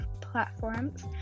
platforms